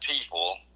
people